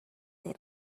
this